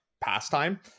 pastime